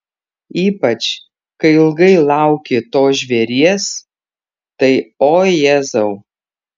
ypač kai ilgai lauki to žvėries tai o jėzau